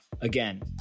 Again